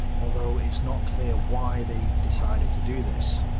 although it's not clear why they decided to do this.